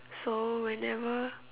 so whenever